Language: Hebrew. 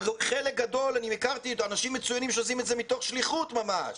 אנשים מצוינים שעושים את זה מתוך שליחות ממש,